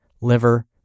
liver